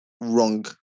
wrong